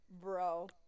Bro